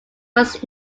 was